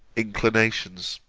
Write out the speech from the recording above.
inclinations.